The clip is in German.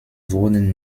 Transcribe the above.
wurden